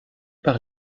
par